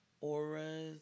auras